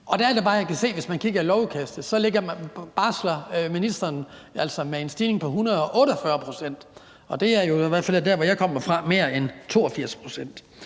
Og der er det bare, jeg kan se, at hvis man kigger i lovudkastet, opererer ministeren altså med en stigning på 148 pct., og det er jo i hvert fald der, hvor jeg kommer fra, mere end 82 pct.